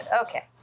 okay